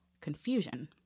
confusion